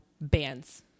bands